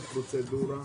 מה הפרוצדורה?